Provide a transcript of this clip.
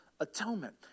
Atonement